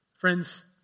Friends